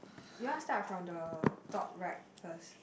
you all start from the top right first